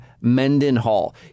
Mendenhall